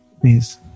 Please